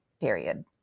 period